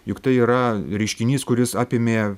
juk tai yra reiškinys kuris apėmė